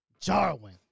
Jarwin